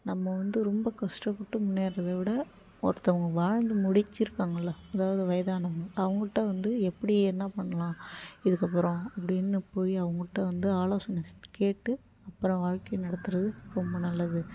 நம்ம வந்து ரொம்ப கஷ்டப்பட்டு முன்னேறதை விட ஒருத்தங்க வாழ்ந்து முடித்து இருக்காங்கல்ல அதாவது வயதானவங்க அவங்ககிட்ட வந்து எப்படி என்ன பண்ணலாம் இதுக்கப்புறம் அப்படின்னு போய் அவங்ககிட்ட வந்து ஆலோசனை கேட்டு அப்றம் வாழ்க்கை நடத்துவது ரொம்ப நல்லது